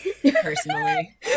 personally